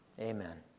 Amen